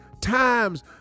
times